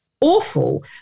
awful